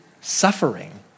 suffering